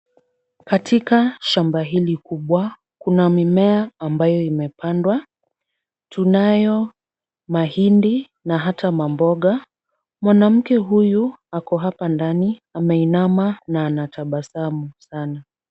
Katika shamba hili kubwa, kuna mimea ambayo imepandwa. Tunayo mahindi na hata mamboga. Mwanamke huyu ako hapa ndani ameinama na anatabasamu sana.